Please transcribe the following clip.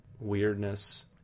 weirdness